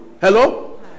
hello